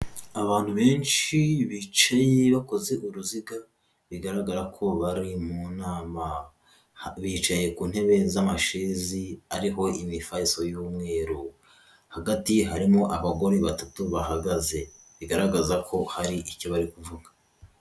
Abantu benshi bicaye bakoze uruziga, bigaragara ko bari mu nama bicaye ku ntebe z'amashezi ariho imifariso y'umweru, hagati harimo abagore batatu bahagaze, bigaragaza ko hari icyo bari kuvuga.